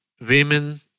women